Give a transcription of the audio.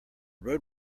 road